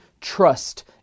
trust